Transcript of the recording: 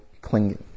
clinging